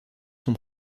sont